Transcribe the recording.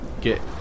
get